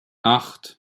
acht